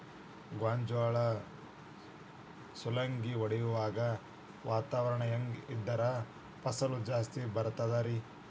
ಗೋಂಜಾಳ ಸುಲಂಗಿ ಹೊಡೆಯುವಾಗ ವಾತಾವರಣ ಹೆಂಗ್ ಇದ್ದರ ಫಸಲು ಜಾಸ್ತಿ ಬರತದ ರಿ?